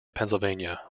pennsylvania